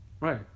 Right